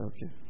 Okay